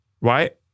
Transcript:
Right